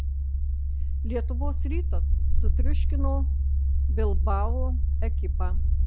lietuvos rytas sutriuškino bilbao ekipą